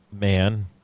man